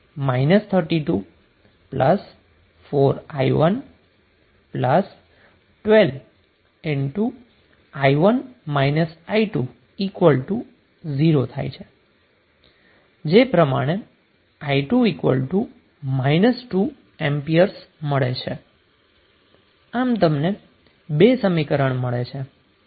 જે 32 4i1 12 0 i2 −2A મળે છે આમ તમને 2 સમીકરણ મળે છે